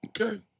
Okay